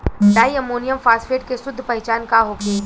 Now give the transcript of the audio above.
Di ammonium phosphate के शुद्ध पहचान का होखे?